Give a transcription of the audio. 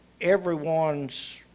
everyone's